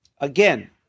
again